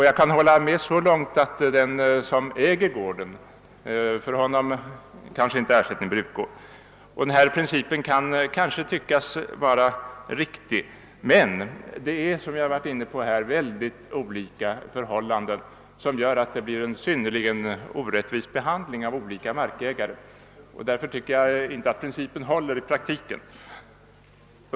Jag kan hålla med om att någon ersättning inte bör utgå till ägaren av gården. Principen som sådan kan också förefalla riktig, men olika förhållanden gör att behandlingen blir orättvis för skilda markägare — vilket jag redan berört — och därför tycker jag inte att principen håller i praktiken.